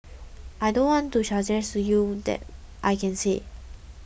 I don't want to suggest to you that I can say